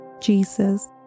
Jesus